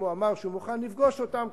אם הוא אמר שהוא מוכן לפגוש אותם,